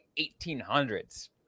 1800s